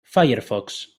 firefox